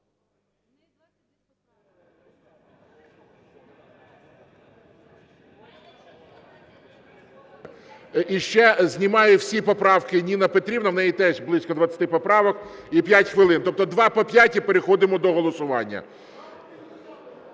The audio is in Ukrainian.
І ще знімає всі поправки Ніна Петрівна, в неї теж близько двадцяти поправок і 5 хвилин. Тобто два по 5 – і переходимо до голосування.